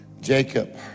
Jacob